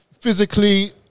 physically